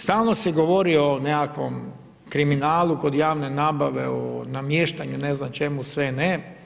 Stalno se govori o nekakvom kriminalu kod javne nabave, o namještanju, ne znam čemu sve ne.